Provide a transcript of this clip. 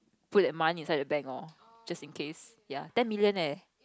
put that money inside the bank lor just in case ya ten million leh